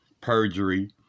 perjury